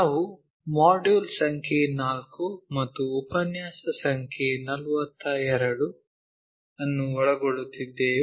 ನಾವು ಮಾಡ್ಯೂಲ್ ಸಂಖ್ಯೆ 4 ಮತ್ತು ಉಪನ್ಯಾಸ ಸಂಖ್ಯೆ 42 ಅನ್ನು ಒಳಗೊಳ್ಳುತ್ತಿದ್ದೇವೆ